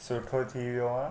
सुठो थी वियो आहे